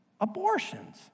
abortions